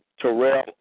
Terrell